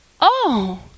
oh